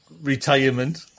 retirement